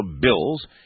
bills